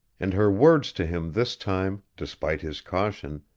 and her words to him this time, despite his caution,